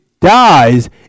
dies